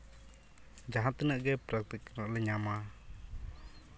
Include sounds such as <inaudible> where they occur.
ᱡᱟᱦᱟᱸ ᱛᱤᱱᱟᱹᱜ ᱜᱮ <unintelligible> ᱨᱮᱱᱟᱜ ᱞᱮ ᱧᱟᱢᱟ